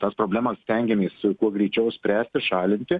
tas problemas stengiamės kuo greičiau spręsti šalinti